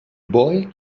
boy